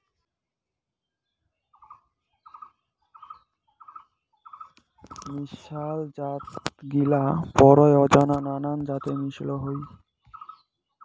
মিশাল জাতগিলা পরায় অজানা নানান জাতের মিশল হই